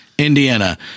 Indiana